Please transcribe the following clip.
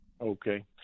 Okay